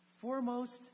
foremost